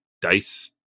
dice